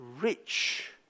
rich